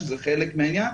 שזה חלק מהעניין,